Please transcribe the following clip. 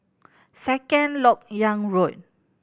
Second Lok Yang Road